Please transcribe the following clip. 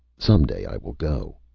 someday i will go.